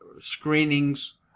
screenings